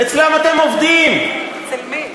אצלם אתם עובדים, אצל מי?